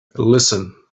listen